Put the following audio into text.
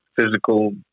physical